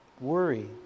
Worry